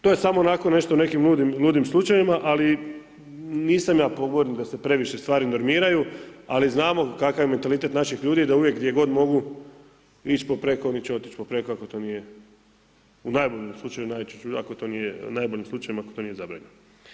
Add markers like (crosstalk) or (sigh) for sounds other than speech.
To je samo onako nešto u nekim ludim, ludim slučajevima ali nisam ja pobornik da se previše stvari normiraju ali znamo kakav je mentalitet naših ljudi da uvijek gdje god mogu ići po ... (unintelligible) ili će otići po ... (unintelligible) ako to nije u najboljem slučaju, najčešće, ako to nije, najboljem slučajem ako to nije zabranjeno.